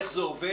איך זה עובד?